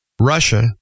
Russia